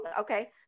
Okay